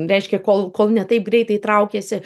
reiškia kol kol ne taip greitai traukėsi